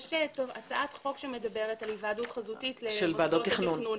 יש הצעת חוק שמדברת על היוועדות חזותית של ועדות תכנון.